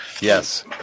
Yes